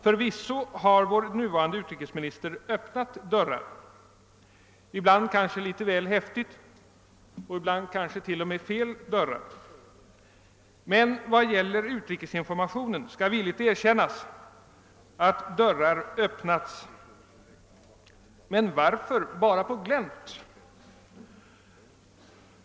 Förvisso har vår nuvarande utrikesminister öppnat dörrar, ibland kanske litet väl häftigt och ibland kanske t.o.m. fel dörrar. Men när det gäller utrikesinformationen skall villigt erkännas att dörrar öppnats, men varför bara på glänt?